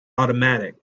automatic